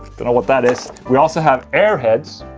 don't know what that is we also have airheads